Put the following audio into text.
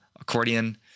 Accordion